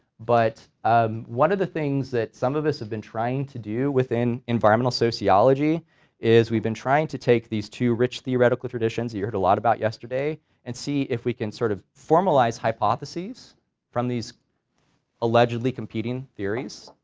but ah one of the things that some of us have been trying to do within environmental sociology is we've been trying to take these two rich theoretical traditions that you heard a lot about yesterday and see if we can sort of formalize hypotheses from these allegedly competing theories